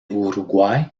uruguay